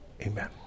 Amen